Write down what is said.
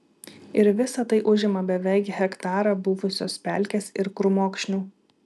ir visa tai užima beveik hektarą buvusios pelkės ir krūmokšnių